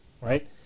right